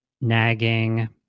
nagging